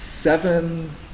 seven